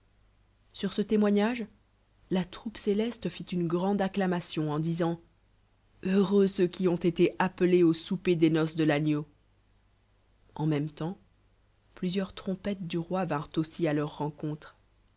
sur ce témoignage l troupe c t une grande acclamation en c ce qui ont été au louper des noces de l'agneau en même temps plwieurl t'tompetles du roi aussi il leur rencontre